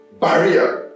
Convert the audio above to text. barrier